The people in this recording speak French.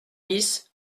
dix